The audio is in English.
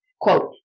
Quote